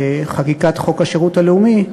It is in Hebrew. חקיקת חוק השירות הלאומי,